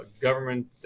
Government